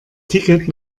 ticket